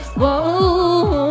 whoa